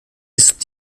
ist